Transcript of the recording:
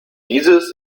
dieses